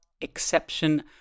exception